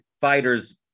fighters